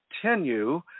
Continue